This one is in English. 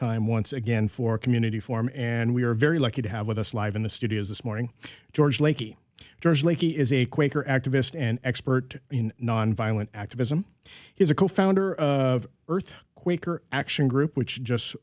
time once again for community forum and we are very lucky to have with us live in the studio this morning george lakey george lakey is a quaker activist and expert in nonviolent activism he's a co founder of earth quaker action group which just